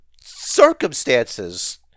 circumstances